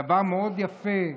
דבר מאוד יפה.